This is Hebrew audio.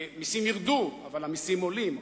מסים ירדו, אבל המסים עולים.